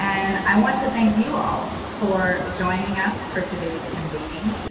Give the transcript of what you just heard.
and i want to thank you all for joining us for today's convening.